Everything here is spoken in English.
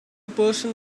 person